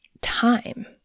time